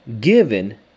given